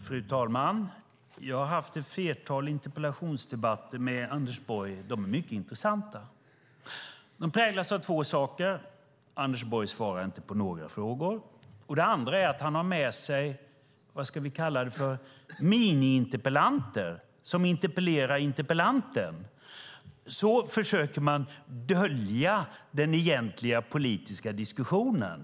Fru talman! Jag har haft ett flertal interpellationsdebatter med Anders Borg. De är mycket intressanta. De präglas av två saker. Anders Borg svarar inte på några frågor, och han har med sig "miniinterpellanter" som interpellerar interpellanten. Så försöker man dölja den egentliga politiska diskussionen.